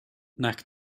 nac